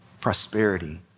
prosperity